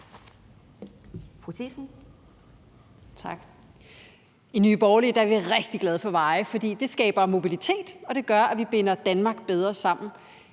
I Nye Borgerlige er vi rigtig glade for veje, fordi det skaber mobilitet, og det gør, at vi binder Danmark bedre sammen.